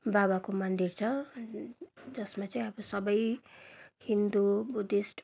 बाबाको मन्दिर छ जसमा चाहिँ अब सब हिन्दू बुद्धिस्ट